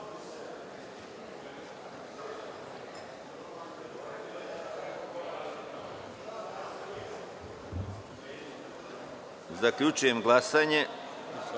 Zaključujem glasanje